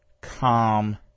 calm